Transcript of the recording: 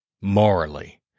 morally